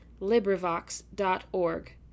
LibriVox.org